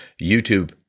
YouTube